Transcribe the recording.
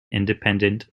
independent